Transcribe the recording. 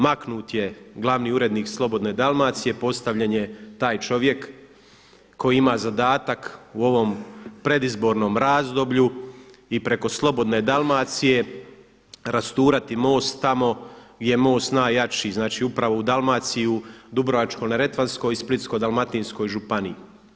Maknut je glavni urednik Slobodne Dalmacije, postavljen je taj čovjek koji ima zadatak u ovom predizbornom razdoblju i preko Slobodne Dalmacije rasturati MOST tamo gdje je MOST najjači, znači upravo u Dalmaciji, u Dubrovačko-neretvanskoj i Splitsko-dalmatinskoj županiji.